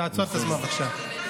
תעצור את הזמן, בבקשה.